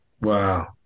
Wow